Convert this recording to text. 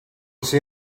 see